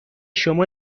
شما